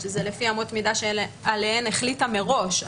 שזה לפי אמות מידה שעליהן החליטה מראש.